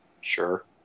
sure